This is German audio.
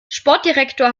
sportdirektor